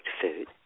food